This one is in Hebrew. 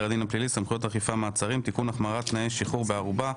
הדין הפלילי (סמכויות אכיפה מעצרים (תיקון החמרת תנאי שחרור בערובה),